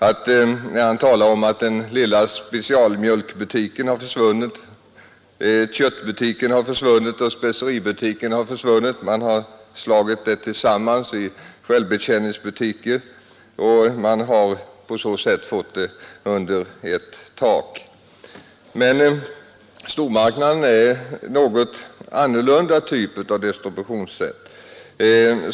Herr Blomkvist talade om att de små mjölkbutikerna, köttbutikerna och speceributikerna försvunnit eller slagits samman till självbetjäningsbutiker med allt under ett tak. Men med stormarknaderna har man infört en annan typ av distributionssätt.